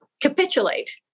capitulate